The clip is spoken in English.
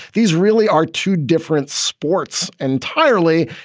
these really are two different sports entirely.